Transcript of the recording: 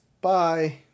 bye